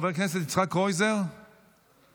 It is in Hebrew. חבר הכנסת יצחק קרויזר, בבקשה.